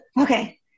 okay